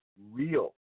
real